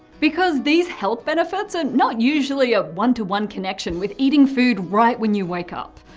because these health benefits are not usually a one to one connection with eating food right when you wake up.